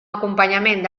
acompanyament